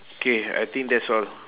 K I think that's all